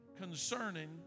concerning